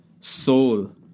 soul